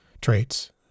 traits